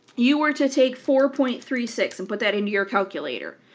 you were to take four point three six and put that into your calculator,